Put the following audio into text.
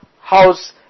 house